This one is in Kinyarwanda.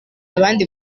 abandi